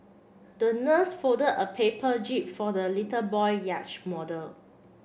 the nurse fold a paper jib for the little boy yachts model